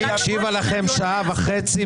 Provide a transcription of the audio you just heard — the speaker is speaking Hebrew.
כי יש כדאיות כלכלית במרכז הארץ.